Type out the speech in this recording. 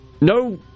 no